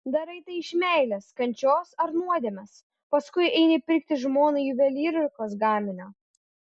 darai tai iš meilės kančios ar nuodėmės paskui eini pirkti žmonai juvelyrikos gaminio